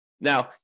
Now